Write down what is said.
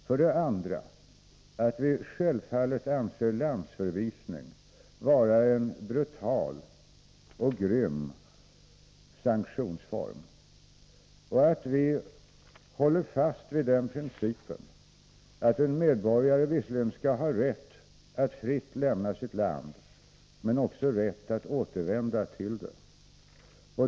För det andra: Vi anser självfallet landsförvisning vara en brutal och grym sanktionsform. Vi håller fast vid den principen att en medborgare visserligen skall ha rätt att fritt lämna sitt land men också rätt att återvända till det.